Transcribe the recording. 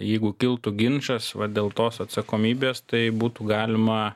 jeigu kiltų ginčas vat dėl tos atsakomybės tai būtų galima